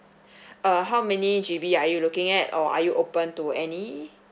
uh how many G_B are you looking at or are you open to any